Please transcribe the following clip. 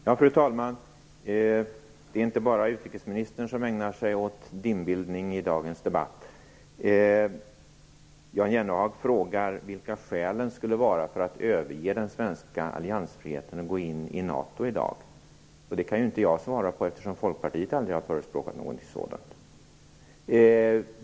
Fru talman! Det är inte bara utrikesministern som ägnar sig åt dimbildning i dagens debatt. Jan Jennehag frågar vilka skälen skulle vara för att överge den svenska alliansfriheten och gå in i NATO i dag. Det kan inte jag svara på, eftersom Folkpartiet aldrig har förespråkat någonting sådant.